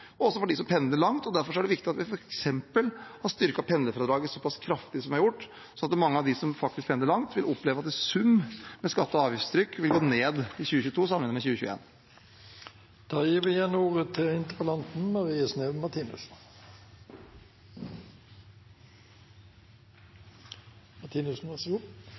også for dem som pendler langt. Derfor er det viktig at vi f.eks. har styrket pendlerfradraget såpass kraftig som vi har gjort, sånn at mange av dem som faktisk pendler langt, vil oppleve at skatte- og avgiftstrykket i sum vil gå ned i 2022 sammenlignet med